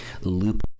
loop